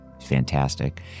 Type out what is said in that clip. fantastic